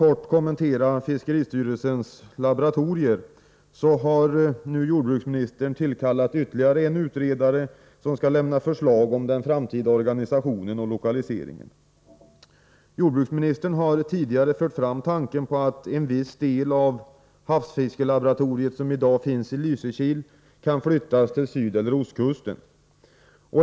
Beträffande fiskeristyrelsens laboratorier har jordbruksministern tillkallat ytterligare en utredare som skall lämna förslag om den framtida organisationen och lokaliseringen. Jordbruksministern har tidigare fört fram tanken på att en viss del av havsfiskelaboratoriet, som i dag finns i Lysekil, kan flyttas till sydeller ostkusten.